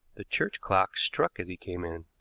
the church clock struck as he came in.